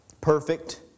Perfect